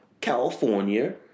California